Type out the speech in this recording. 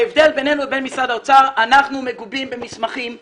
ההבדל בינינו לבין משרד האוצר הוא שאנחנו מגובים במסמכים ובראיות.